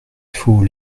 faut